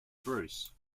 bruce